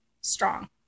strong